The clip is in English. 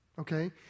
Okay